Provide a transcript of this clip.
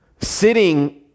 Sitting